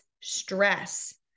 stress